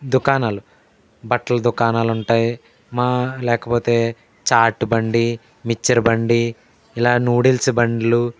దుకాణాలు బట్టల దుకాణాలుంటాయి మా లేకపోతే చాట్ బండి మిచ్చర్ బండి ఇలా నూడిల్స్ బండ్లు